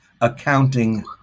accounting